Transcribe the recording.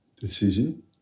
decision